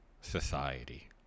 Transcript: society